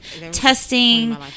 testing